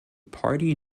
party